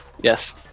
Yes